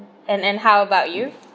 and and how about you